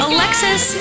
Alexis